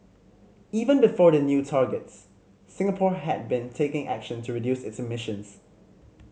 even before the new targets Singapore had been taking action to reduce its emissions